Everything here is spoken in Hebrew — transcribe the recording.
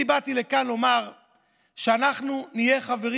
אני באתי לכאן לומר שאנחנו נהיה חברים